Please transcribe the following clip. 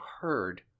heard